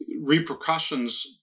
repercussions